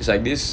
it's like this